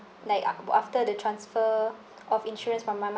like a~ w~ after the transfer of insurance from my